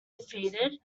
defeated